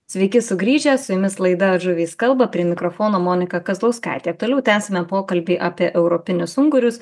sveiki sugrįžę su jumis laida žuvys kalba prie mikrofono monika kazlauskaitė toliau tęsiame pokalbį apie europinius ungurius